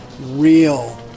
real